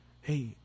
hey